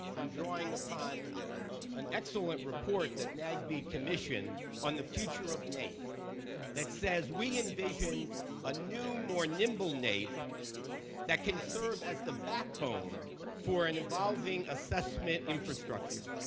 i'm drawing upon ah an excellent report that nagb commissioned on the future of naep that says, we envisioned a new, more nimble naep that can serve as the backbone for an evolving assessment infrastructure.